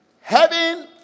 Heaven